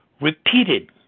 repeated